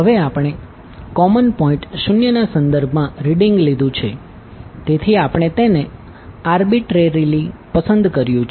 હવે આપણે common point o ના સંદર્ભમાં રીડીંગ લીધું છે તેથી આપણે તેને આર્બીટ્રેરીલી પસંદ કર્યું છે